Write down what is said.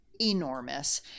enormous